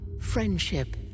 friendship